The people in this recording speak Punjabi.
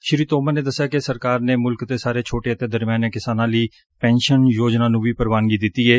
ਸ੍ੀ ਤੱਮਰ ਨੇ ਦਸਿਆ ਕਿ ਸਰਕਾਰ ਨੇ ਮੁਲਕ ਦੇ ਸਾਰੇ ਛੋਟੇ ਅਤੇ ਦਰਮਿਆਨੇ ਕਿਸਾਨਾਂ ਲਈ ਪੈਨਸ਼ਨ ਯੋਜਨਾ ਨੂੰ ਵੀ ਪੁਵਾਨਗੀ ਦਿੱਤੀ ਏ